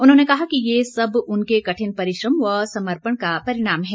उन्होंने कहा कि ये सब उनके कठिन परिश्रम व समर्पण का परिणाम है